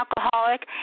alcoholic